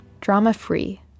drama-free